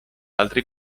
altri